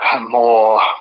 more